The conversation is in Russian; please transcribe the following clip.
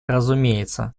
разумеется